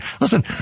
Listen